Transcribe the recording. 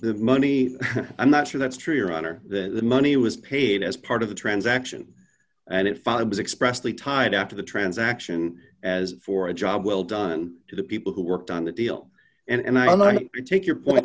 the money i'm not sure that's true your honor that the money was paid as part of the transaction and if i was expressly timed out of the transaction as for a job well done to the people who worked on the deal and i learned to take your point